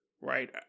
right